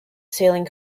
sailing